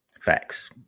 Facts